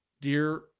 dear